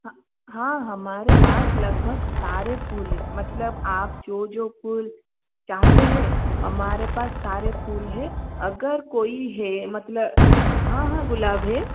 हाँ हमारे पास लगभग सारे फूल है मतलब आप जो जो फूल चाहते हैं हमारे पास सारे फूल है अगर कोई है मतलब हाँ हाँ गुलाब है